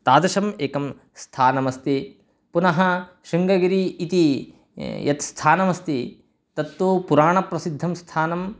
तादृशम् एकं स्थानमस्ति पुनः शृङ्गगिरिः इति यत्स्थानमस्ति तत्तु पुराणप्रसिद्धं स्थानम्